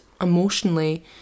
emotionally